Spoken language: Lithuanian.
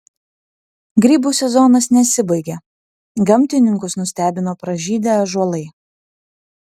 grybų sezonas nesibaigia gamtininkus nustebino pražydę ąžuolai